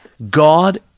God